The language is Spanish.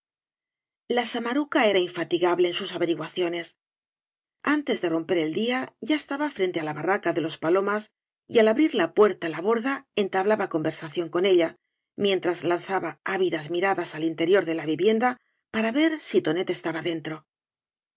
la samaruca era infatigable en sus averiguaciones antes de romper el día ya estaba frente á la barraca de los palomas y al abrir la puerta la borda entablaba conversación con ella mientras lanzaba ávidas miradas al interior de la vivienda para ver si tonet estaba dentro